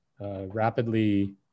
rapidly